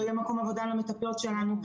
לא יהיה מקום עבודה למטפלות שלנו.